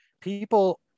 people